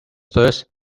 thirst